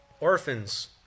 orphans